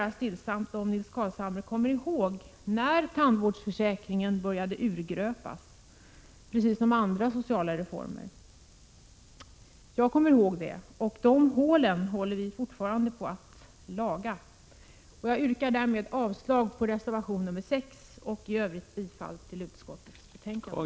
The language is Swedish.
Helt stillsamt undrar jag bara om Nils Carlshamre kommer ihåg när tandvårdsförsäkringen började gröpas ur — precis som andra sociala reformer. Jag kommer ihåg det. De hålen håller vi fortfarande på att laga. Jag yrkar avslag på reservation 6 och bifall till utskottets hemställan.